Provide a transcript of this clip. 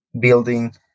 building